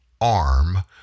arm